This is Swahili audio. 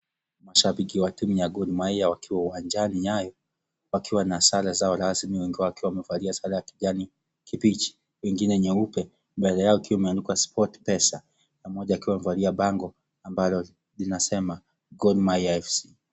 Mashaiki wa timu ya Gor mahia wakiwa uwanjani nyayo wakiwa na sare zao rasmi wengi wao wakiwa wamevalia sare ya kijani kibichi wengine nyeupe, mbele yao ikiwa imeandikwa sport pesa na mmoja akiwa amevalia bango ambalo linasema GOR MAHIA FC.